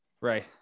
right